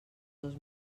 dos